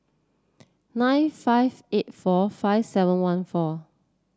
nine five eight four five seven one four